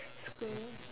screw